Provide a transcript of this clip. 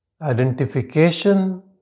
identification